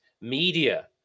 media